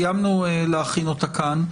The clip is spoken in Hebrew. סיימנו להכין אותה כאן,